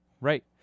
right